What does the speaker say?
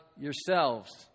yourselves